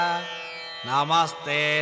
Namaste